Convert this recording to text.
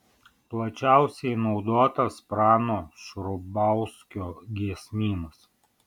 plačiausiai naudotas prano šrubauskio giesmynas